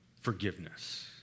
forgiveness